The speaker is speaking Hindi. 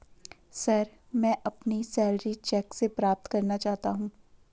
सर, मैं अपनी सैलरी चैक से प्राप्त करना चाहता हूं